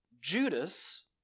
Judas